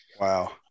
Wow